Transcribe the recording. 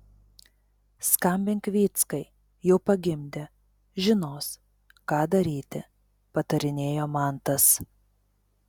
skambink vyckai jau pagimdė žinos ką daryti patarinėjo mantas